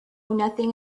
nothing